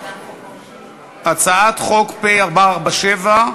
הצעת חוק פ/447,